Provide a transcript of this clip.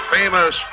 famous